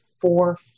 four